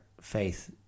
faith